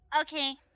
Okay